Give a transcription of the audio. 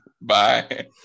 bye